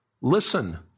listen